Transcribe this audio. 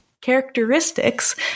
characteristics